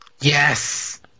Yes